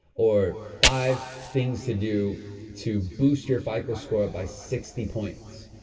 or five things to do to boost your fico score by sixty points.